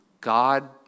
God